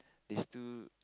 they still